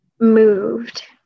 moved